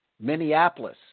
Minneapolis –